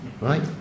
right